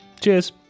Cheers